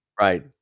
Right